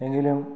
എങ്കിലും